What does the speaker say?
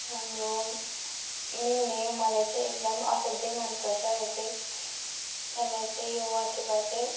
राम्रो मिल्ने मलाई चाहिँ एकदम असाध्यै मन पर्छ यो चाहिँ यसलाई चाहिँ यो वाचिप्पा चाहिँ